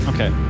Okay